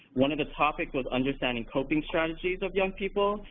one of the topics was understanding coping strategies of young people,